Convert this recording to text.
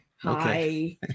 Hi